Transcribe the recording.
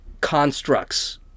constructs